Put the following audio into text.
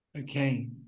Okay